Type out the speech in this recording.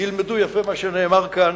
ילמדו יפה מה שנאמר כאן,